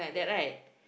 yeah